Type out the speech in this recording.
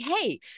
Hey